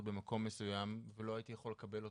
במקום מסוים ולא הייתי יכול לקבל אותו.